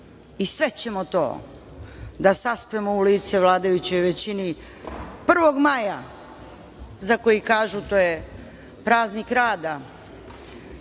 i sve ćemo to da saspemo u lice vladajućoj većini 1. maja, za koji kažu to je praznik rada,